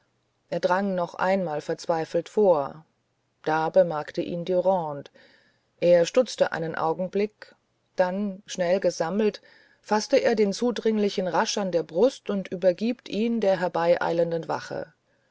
er drang noch einmal verzweifelt vor da bemerkt ihn dürande er stutzt einen augenblick dann schnell gesammelt faßt er den zudringlichen rasch an der brust und übergibt ihn der herbeieilenden wache